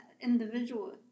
individual